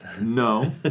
No